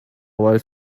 while